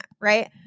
right